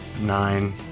Nine